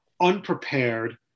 unprepared